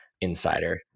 Insider